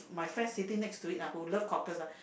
my friend sitting next to it ah who love cockles ah